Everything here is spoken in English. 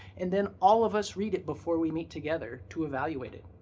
and then all of us read it before we meet together to evaluate it.